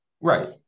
right